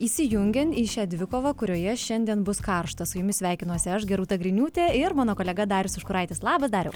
įsijungiant į šią dvikovą kurioje šiandien bus karšta su jumis sveikinuosi aš gi rūta griniūtė ir mano kolega darius užkuraitis labas dariau